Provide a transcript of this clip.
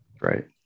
Right